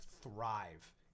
thrive